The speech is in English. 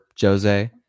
Jose